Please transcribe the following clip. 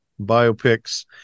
biopics